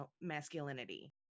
masculinity